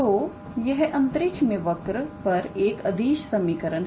तो यह अंतरिक्ष में वर्क पर एक अदिश समीकरण है